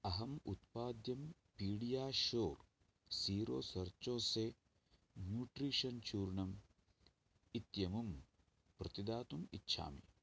अहम् उत्पाद्यं PediaSure zero sucrose nutrition चूर्णम् इत्यमुं प्रतिदातुम् इच्छामि